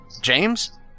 James